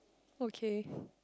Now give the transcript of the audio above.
okay